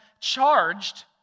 charged